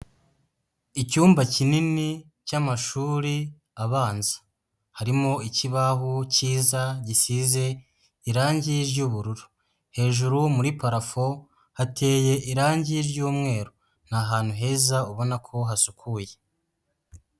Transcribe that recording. Icyumba kinini cy'amashuri abanza, harimo ikibaho cyiza gisize irangi ry'ubururu, hejuru muri parafo hateye irangi ry'umweru, ni ahantu heza ubona ko hasukuye.